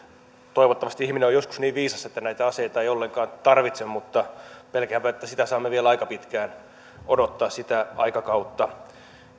toivottavasti ihminen on joskus niin viisas että näitä aseita ei ollenkaan tarvitse mutta pelkäänpä että saamme vielä aika pitkään odottaa sitä aikakautta